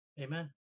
Amen